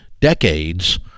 decades –